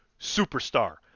superstar